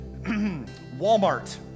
Walmart